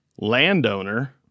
landowner